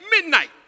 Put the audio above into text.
midnight